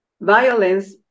violence